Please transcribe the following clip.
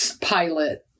pilot